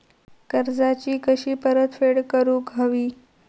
कर्जाची कशी परतफेड करूक हवी?